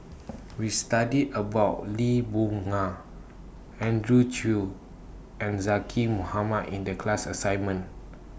We studied about Lee Boon Ngan Andrew Chew and Zaqy Mohamad in The class assignment